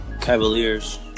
Cavaliers